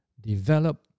develop